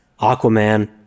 aquaman